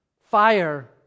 fire